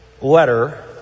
letter